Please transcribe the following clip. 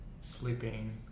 sleeping